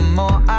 more